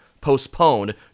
postponed